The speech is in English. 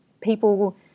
people